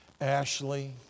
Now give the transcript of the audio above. Ashley